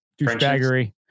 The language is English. douchebaggery